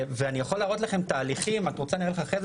ואני יכול להראות לכם הליכים שניהלתי